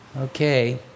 Okay